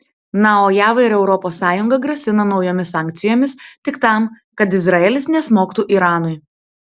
na o jav ir europos sąjunga grasina naujomis sankcijomis tik tam kad izraelis nesmogtų iranui